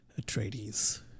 Atreides